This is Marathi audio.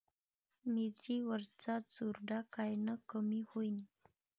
मिरची वरचा चुरडा कायनं कमी होईन?